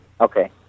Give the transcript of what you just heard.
Okay